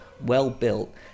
well-built